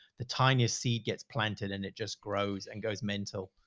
the tiniest seed gets planted and it just grows and goes mental.